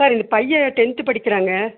sir இந்த பையன் tenth படிக்கிறாங்கள்